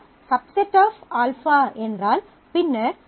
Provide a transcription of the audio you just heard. Β ⸦ α என்றால் பின்னர் α → β